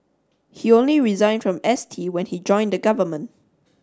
he only resigned from S T when he joined the government